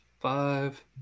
five